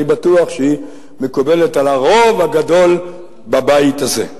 ואני בטוח שהיא מקובלת על הרוב הגדול בבית הזה.